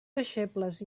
deixebles